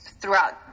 throughout